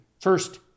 first